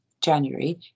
January